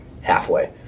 halfway